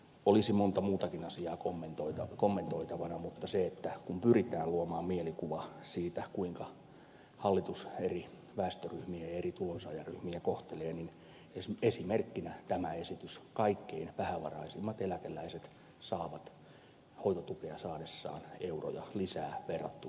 olisi monta muutakin asiaa kommentoitavana mutta kun pyritään luomaan mielikuva siitä kuinka hallitus eri väestöryhmiä ja eri tulonsaajaryhmiä kohtelee niin tämä esitys on esimerkkinä siitä että kaikkein vähävaraisimmat eläkeläiset saavat hoitotukea saadessaan euroja lisää verrattuna nykytasoon